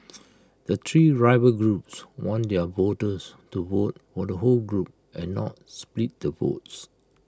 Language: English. the three rival groups want their voters to vote for the whole group and not split the votes